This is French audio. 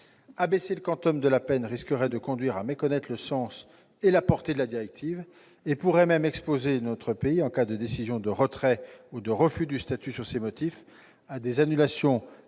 Abaisser le quantum de la peine risquerait de conduire à méconnaître le sens et la portée de la directive et pourrait nous exposer, en cas de décisions de retrait ou de refus du statut sur ces motifs, à des annulations